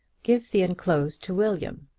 give the enclosed to william.